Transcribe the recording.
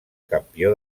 campió